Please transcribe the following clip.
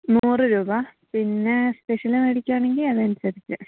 നൂറ് രൂപ പിന്നെ സ്പെഷ്യൽ മേടിക്കുകയാണെങ്കിൽ അതനുസരിച്ച്